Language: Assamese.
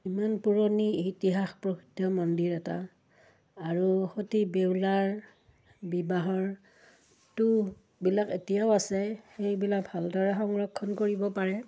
ইমান পুৰণি ইতিহাস প্ৰসিদ্ধ মন্দিৰ এটা আৰু সতী বেউলাৰ বিবাহৰিটোবিলাক এতিয়াও আছে সেইবিলাক ভালদৰে সংৰক্ষণ কৰিব পাৰে